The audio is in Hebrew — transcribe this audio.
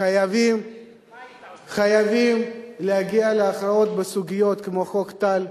חייבים להגיע להכרעות בסוגיות כמו חוק טל,